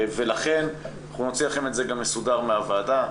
אנחנו נוציא לכם את זה גם מסודר מהוועדה,